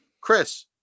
Chris